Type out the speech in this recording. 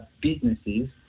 businesses